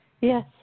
Yes